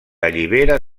allibera